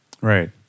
Right